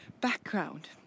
Background